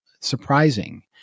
surprising